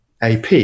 AP